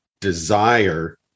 desire